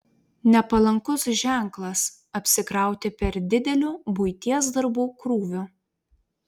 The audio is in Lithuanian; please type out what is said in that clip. nepalankus ženklas apsikrauti per dideliu buities darbų krūviu